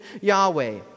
Yahweh